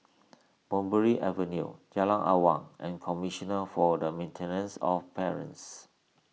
Mulberry Avenue Jalan Awang and Commissioner for the Maintenance of Parents